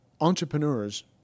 entrepreneurs